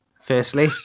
Firstly